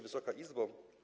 Wysoka Izbo!